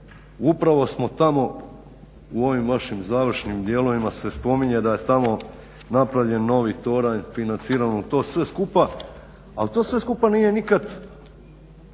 Upravo smo tamo u ovim vašim završnim dijelovima se spominje da je tamo napravljen novi toranj, financirano to sve skupa. Ali to sve skupa nije nikad